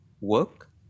work